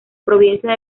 provincia